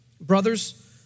Brothers